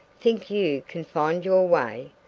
think you can find your way?